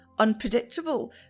Unpredictable